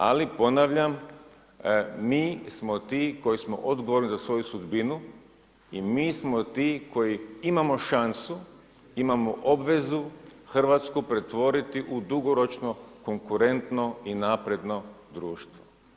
Ali, ponavljam, mi smo ti koji smo odgovorni za svoju sudbinu i mi smo ti koji imamo šansu, imamo obvezu Hrvatsku pretvoriti u dugoročno konkurentno i napredno društvo.